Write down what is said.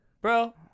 bro